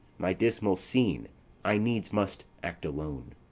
my dismal scene i needs must act alone.